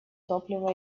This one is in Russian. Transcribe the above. топливо